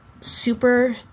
super